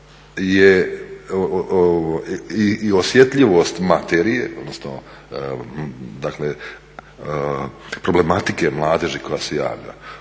i osjetljivost materije, odnosno problematike mladeži koja se javlja